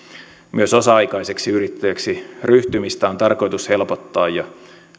myös osa aikaiseksi yrittäjäksi ryhtymistä on tarkoitus helpottaa ja